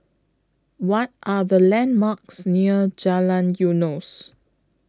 What Are The landmarks near Jalan Eunos